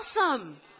awesome